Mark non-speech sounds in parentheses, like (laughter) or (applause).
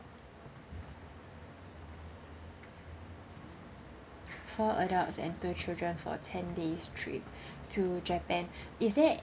four adults and two children for ten days trip (breath) to japan (breath) is there